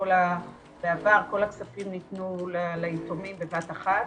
בעבר כל הכספים ניתנו ליתומים בבת אחת,